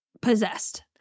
possessed